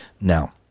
Now